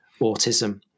autism